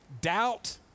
Doubt